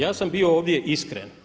Ja sam bio ovdje iskren.